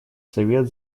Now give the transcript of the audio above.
совет